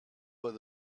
but